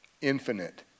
infinite